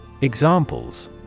Examples